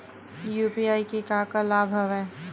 UPI के का का लाभ हवय?